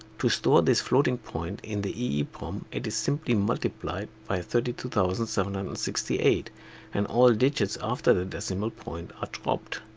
to store this floating point in the eeprom, it is simply multiplied by thirty two thousand seven hundred and sixty eight and all digits after the decimal point are dropped.